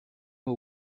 pas